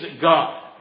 God